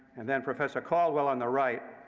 and then professor caldwell on the right,